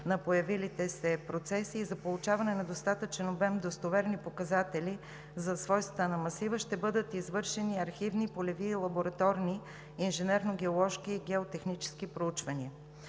на появилите се процеси и за получаване на достатъчен обем достоверни показатели за свойствата на масива ще бъдат извършени архивни, полеви, лабораторни инженерно-геоложки и геотехнически проучвания.